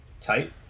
tight